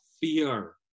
fear